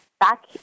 Back